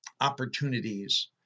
opportunities